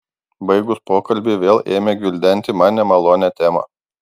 baigus pokalbį vėl ėmė gvildenti man nemalonią temą